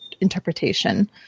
interpretation